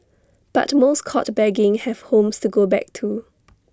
but most caught begging have homes to go back to